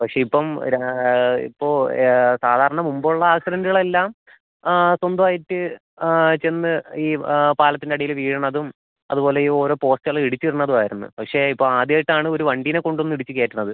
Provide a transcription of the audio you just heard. പഷേ ഇപ്പം ഇപ്പോൾ സാധാരണ മുമ്പുള്ള ആക്സിഡൻറ്റുകളെല്ലാം സ്വന്തം ആയിട്ട് ചെന്ന് ഈ പാലത്തിൻ്റെ അടിയിൽ വീഴുന്നതും അതുപോലെ ഈ ഓരോ പോസ്റ്റുകൾ ഇടിച്ച് ഇടുന്നതും ആയിരുന്നു പക്ഷെ ഇപ്പോൾ ആദ്യമായിട്ടാണ് ഒരു വണ്ടിനെ കൊണ്ടുവന്ന് ഇടിച്ച് കയറ്റുന്നത്